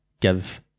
give